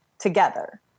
together